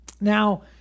Now